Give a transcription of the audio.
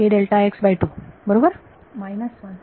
विद्यार्थी minus one